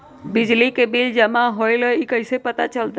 बिजली के बिल जमा होईल ई कैसे पता चलतै?